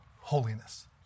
holiness